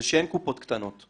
זה שאין קופות קטנות.